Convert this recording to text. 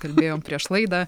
kalbėjom prieš laidą